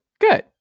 Good